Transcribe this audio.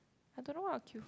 I don't know what I queue